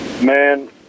Man